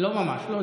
לא ממש, לא.